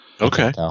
Okay